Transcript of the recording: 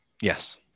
Yes